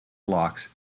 blocks